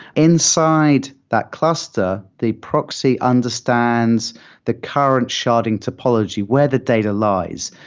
inside that cluster, the proxy understands the current sharding topology where the data lies.